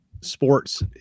sports